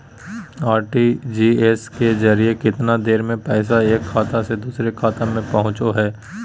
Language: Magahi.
आर.टी.जी.एस के जरिए कितना देर में पैसा एक खाता से दुसर खाता में पहुचो है?